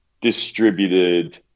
distributed